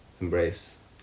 embrace